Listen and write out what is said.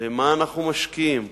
במה אנחנו משקיעים.